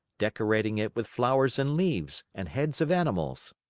decorating it with flowers and leaves, and heads of animals.